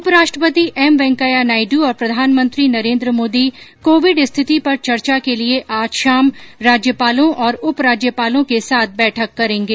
उपराष्ट्रपति एम वेंकैया नायड और प्रधानमंत्री नरेन्द्र मोदी कोविड स्थिति पर चर्चा के लिए आज शाम राज्यपालों और उपराज्यपालों के साथ बैठक करेंगे